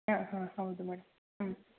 ಹಾಂ ಹಾಂ ಹೌದು ಮೇಡಮ್ ಹ್ಞೂ